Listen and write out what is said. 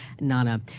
Nana